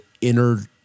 inner